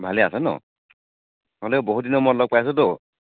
ভালে আছা ন' মানে বহুত দিনৰ মূৰত লগ পাইছোঁতো